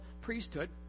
priesthood